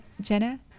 jenna